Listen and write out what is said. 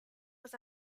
was